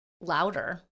louder